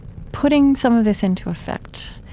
putting some of this into effect.